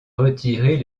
retirer